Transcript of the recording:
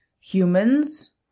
humans